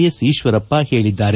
S Eshwarappa ಹೇಳಿದ್ದಾರೆ